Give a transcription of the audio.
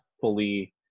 fully